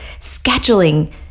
scheduling